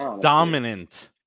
dominant